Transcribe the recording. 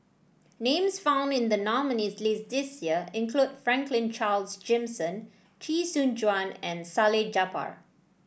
names found in the nominees' list this year include Franklin Charles Gimson Chee Soon Juan and Salleh Japar